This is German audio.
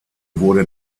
wurde